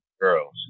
girls